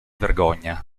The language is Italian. vergogna